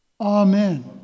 Amen